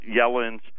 Yellen's